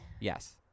Yes